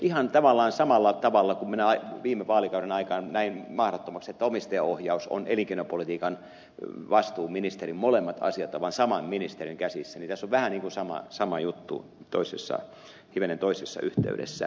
ihan tavallaan samalla tavalla kuin minä viime vaalikauden aikaan näin mahdottomaksi että omistajaohjaus on elinkeinopolitiikan vastuuministerin käsissä molemmat asiat ovat saman ministerin käsissä niin tässä on vähän niin kuin sama juttu hivenen toisessa yhteydessä